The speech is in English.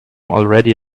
already